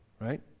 right